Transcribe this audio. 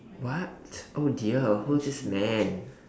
what oh dear who is this man